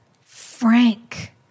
frank